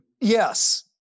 yes